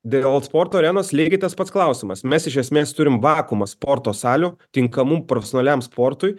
dėl sporto arenos lygiai tas pats klausimas mes iš esmės turim vakuumą sporto salių tinkamų profesionaliam sportui